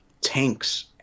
tanks